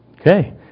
Okay